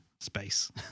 space